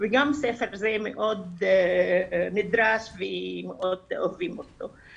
גם הספר הזה מאוד נדרש ומאוד אוהבים אותו.